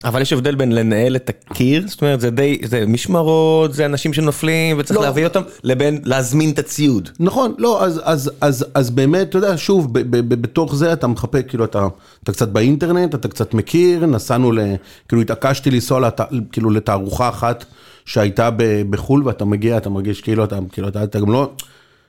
אבל יש הבדל בין לנהל את הקיר זאת אומרת זה די זה משמרות זה אנשים שנופלים וצריך להביא אותם לבין להזמין את הציוד נכון לא אז אז אז באמת תודה שוב בתוך זה אתה מחפה כאילו אתה אתה קצת באינטרנט אתה קצת מכיר נסענו ל... כאילו התעקשתי לנסוע כאילו לתערוכה אחת שהייתה בחול ואתה מגיע אתה מרגיש כאילו אתה כאילו אתה אתה גם לא.